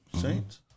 Saints